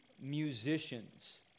musicians